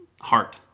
heart